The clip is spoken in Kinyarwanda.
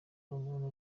umuntu